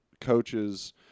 coaches